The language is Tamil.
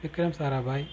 விக்ரம் சாராபாய்